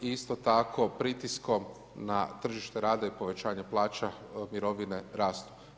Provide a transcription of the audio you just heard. Isto tako pritiskom na tržište rada i povećanje plaća, mirovine rastu.